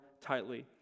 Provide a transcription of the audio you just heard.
tightly